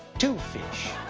two fish,